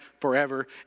forever